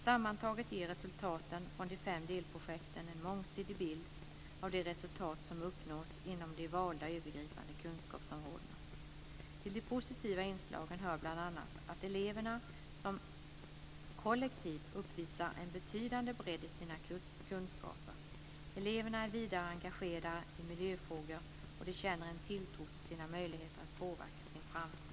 Sammantaget ger resultaten från de fem delprojekten en mångsidig bild av de resultat som uppnås inom de valda övergripande kunskapsområdena. Till de positiva inslagen hör bl.a. att eleverna som kollektiv uppvisar en betydande bredd i sina kunskaper. Eleverna är vidare engagerade i miljöfrågor, och de känner en tilltro till sina möjligheter att påverka sin framtid.